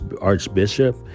archbishop